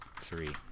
three